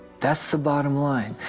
that's the bottom line.